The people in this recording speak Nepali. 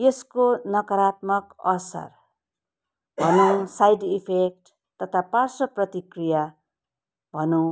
यसको नकारात्मक असर भनौँ साइड इफेक्ट तथा पार्श्व प्रतिक्रिया भनौँ